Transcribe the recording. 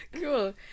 Cool